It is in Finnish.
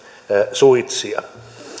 suitsia